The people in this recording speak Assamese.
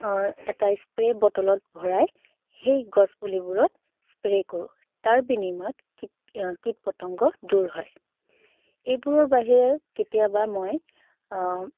এটা স্প্ৰে' বটলত ভৰাই সেই গছপুলিবোৰত স্প্ৰে' কৰো তাৰ বিনিময়ত কীট কীট পতংগ দূৰ হয় এইবোৰৰ বাহিৰে কেতিয়াবা মই